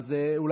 יש לי המשך,